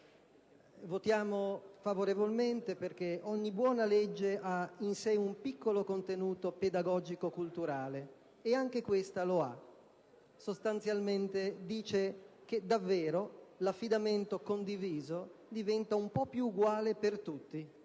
Votiamo favorevolmente perché ogni buona legge ha in sé un piccolo contenuto pedagogico-culturale: ed anche questa lo ha. Sostanzialmente, dice che davvero l'affidamento condiviso diventa un po' più uguale per tutti,